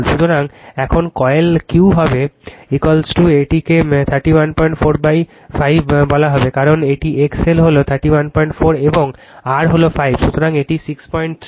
সুতরাং এখন কয়েলের Q হবে এটিকে 3145 বলা হবে কারণ এটি X L হল 314 এবং R হল 5 সুতরাং এটি 63